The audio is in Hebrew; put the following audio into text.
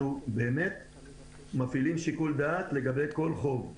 אנחנו מפעילים שיקול דעת לגבי כל חוב.